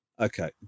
Okay